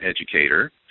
educator